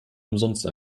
umsonst